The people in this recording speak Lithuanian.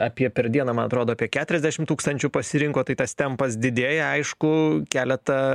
apie per dieną man atrodo apie keturiasdešim tūkstančių pasirinko tai tas tempas didėja aišku keletą